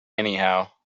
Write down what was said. anyhow